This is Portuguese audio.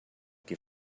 que